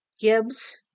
Gibbs